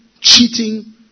cheating